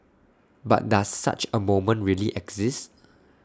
but does such A moment really exist